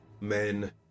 men